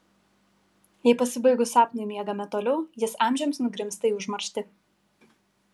jei pasibaigus sapnui miegame toliau jis amžiams nugrimzta į užmarštį